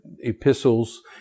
epistles